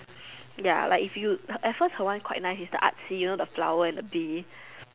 ya like if you at first her one quite nice it's the artsy you know the flower and the Bee